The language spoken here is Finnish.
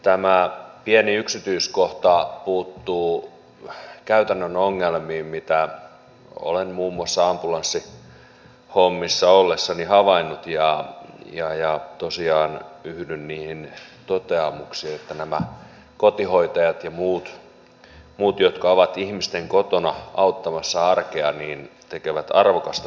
tämä pieni yksityiskohta puuttuu käytännön ongelmiin mitä olen muun muassa ambulanssihommissa ollessani havainnut ja tosiaan yhdyn niihin toteamuksiin että nämä kotihoitajat ja muut jotka ovat ihmisten kotona auttamassa arkea tekevät arvokasta työtä